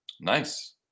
Nice